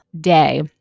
day